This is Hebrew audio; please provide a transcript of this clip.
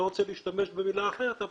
אני לא רוצה להשתמש במילה אחת,